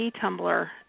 tumbler